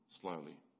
slowly